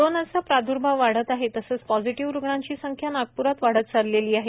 कोरोनाचा प्रादुर्भाव वाढत आहे तसंच पॉझिटिव्ह रुग्णांची संख्या नागप्रात वाढत चालली आहे